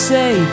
say